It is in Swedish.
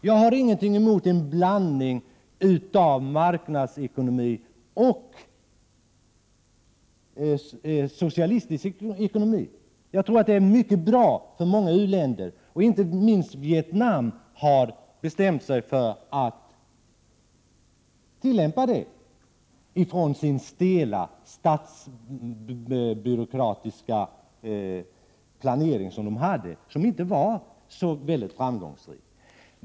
Jag har ingenting emot marknadsekonomiska inslag i socialistisk ekonomi. Det är mycket bra med en sådan blandning, tror jag, för många länder. Och inte minst Vietnam har bestämt sig för att tillämpa detta i stället för den stela statsbyråkratiska planering som man hade och som inte var så särskilt framgångsrik.